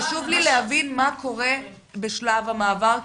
חשוב לי להבין מה קורה בשלב המעבר,